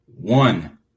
One